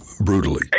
Brutally